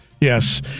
yes